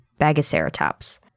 Bagaceratops